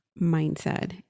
mindset